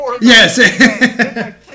yes